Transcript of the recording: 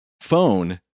phone